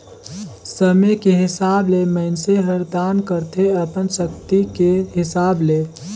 समे के हिसाब ले मइनसे हर दान करथे अपन सक्ति के हिसाब ले